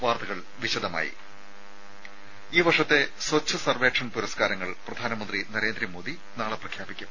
വാർത്തകൾ വിശദമായി ഈ വർഷത്തെ സ്വച്ച് സർവേക്ഷൺ പുരസ്കാരങ്ങൾ പ്രധാനമന്ത്രി നരേന്ദ്രമോദി നാളെ പ്രഖ്യാപിക്കും